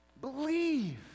Believe